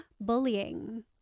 bullying